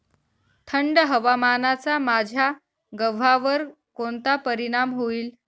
थंड हवामानाचा माझ्या गव्हावर कोणता परिणाम होईल?